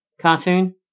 cartoon